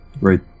Right